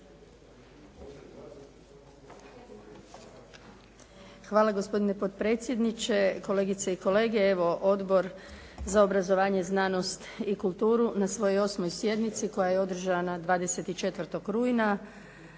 Hvala gospodine potpredsjedniče, kolegice i kolege. Evo Odbor za obrazovanje, znanost i kulturu na svojoj 8. sjednici koja je održana 24. rujna